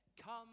come